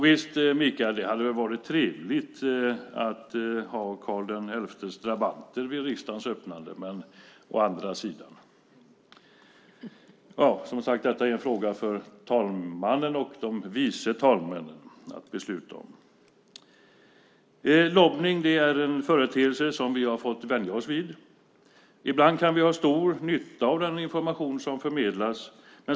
Visst hade det varit trevligt, Mikael, att ha Karl XI:s drabanter vid riksmötets öppnande. Men å andra sidan är detta en fråga för talmannen och de vice talmännen att besluta om. Lobbning är en företeelse som vi har fått vänja oss vid. Ibland kan vi ha stor nytta av den information som förmedlas.